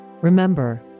Remember